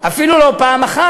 אפילו לא פעם אחת,